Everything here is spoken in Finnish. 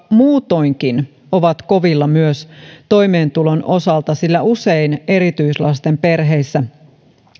muutoinkin kovilla myös toimeentulon osalta sillä usein erityislasten perheissä